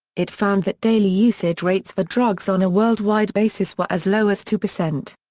it found that daily usage rates for drugs on a worldwide basis were as low as two percent.